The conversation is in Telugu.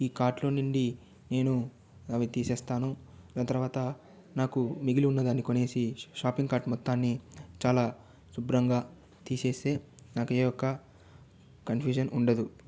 ఈ కార్ట్ లో నుండి నేను అవి తీసేస్తాను దాని తర్వాత నాకు మిగిలి ఉన్న దాన్నీ కొనేసి షా షాపింగ్ కార్ట్ మొత్తాన్ని చాలా శుభ్రంగా తీసేస్తే నాకు ఏ యొక్క కన్ఫ్యూషన్ ఉండదు